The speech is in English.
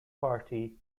party